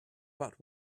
but